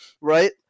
right